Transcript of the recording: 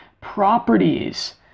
properties